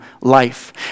life